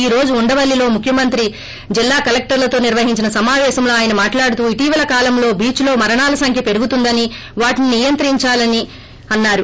ఈ రోజు ఉండవల్లిలో ముఖ్యమంత్రి జిల్లా కలెక్టర్లతో నిర్వహించిన సమాపేశంలోఆయన మాట్లాడుతూ ఇటీవల కాలంలో బీచ్లో మరణాల సంఖ్య పెరుగుతోందని వాటిని నియంత్రిందాల్ని ఉందని అన్నారు